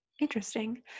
interesting